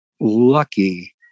lucky